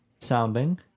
sounding